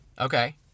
Okay